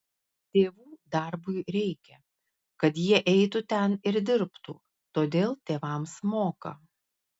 tėvų darbui reikia kad jie eitų ten ir dirbtų todėl tėvams moka